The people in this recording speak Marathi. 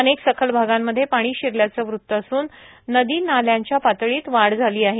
अनेक सखल भागांमध्ये पाणी शिरल्याचं वृत्त असून नदी नाल्यांच्या पातळीत वाढ झाली आहे